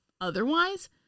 otherwise